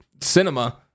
cinema